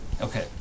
Okay